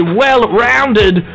well-rounded